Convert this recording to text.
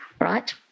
Right